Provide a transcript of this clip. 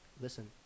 Listen